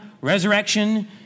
resurrection